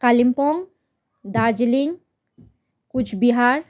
Kalimpong Darjeeling Cooch Behar